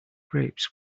grapes